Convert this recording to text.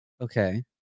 Okay